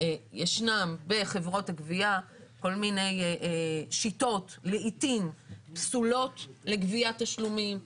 ישנן בחברות הגבייה כל מיני שיטות פסולות לגביית תשלומים לעיתים,